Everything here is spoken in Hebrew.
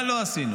מה לא עשינו?